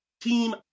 team